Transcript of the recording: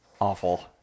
Awful